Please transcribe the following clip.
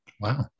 Wow